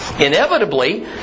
Inevitably